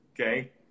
Okay